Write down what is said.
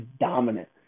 dominant